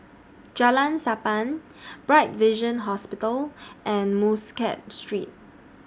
Jalan Sappan Bright Vision Hospital and Muscat Street